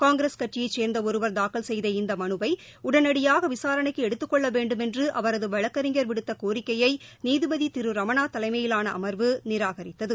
காங்கிரஸ் கட்சியைச் சேர்ந்த ஒருவர் தாக்கல் செய்த இந்த மனுவை உடனடியாக விசாரணைக்கு எடுத்துக் கொள்ள வேண்டுமென்று அவரது வழக்கறிஞர் விடுத்த கோிக்கையை நீதிபதி திரு ரமணா தலைமையிலான அமர்வு நிராகரித்தது